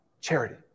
charity